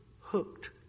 hooked